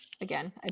again